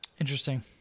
Interesting